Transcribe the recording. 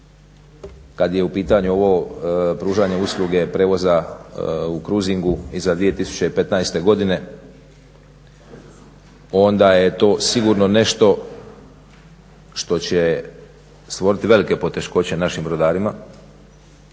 kad je u pitanju ovo pružanje usluge prijevoza u cruisingu iza 2015. godine onda je to sigurno nešto što će stvoriti velike poteškoće našim brodarima.